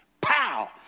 Pow